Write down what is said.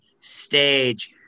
stage